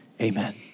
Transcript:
Amen